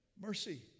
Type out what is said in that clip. mercy